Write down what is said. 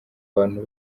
bantu